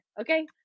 okay